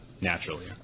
naturally